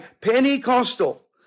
Pentecostal